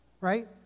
right